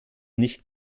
nicht